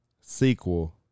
sequel